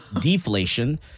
deflation